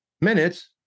Minutes